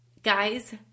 Guys